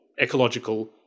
ecological